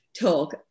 talk